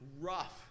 rough